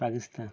Pakistan